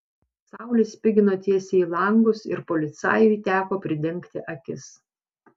saulė spigino tiesiai į langus ir policajui teko pridengti akis